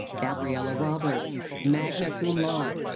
gabriela roberts, magna cum laude.